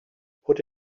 put